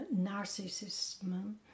narcissism